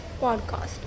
podcast